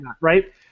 right